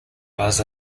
buzz